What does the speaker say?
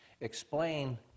Explain